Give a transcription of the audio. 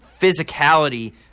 physicality